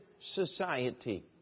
society